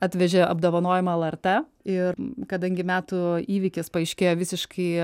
atvežė apdovanojimą lrt ir kadangi metų įvykis paaiškėjo visiškai